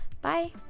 Bye